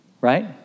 right